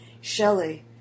Shelley